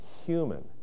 human